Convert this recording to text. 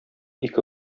ике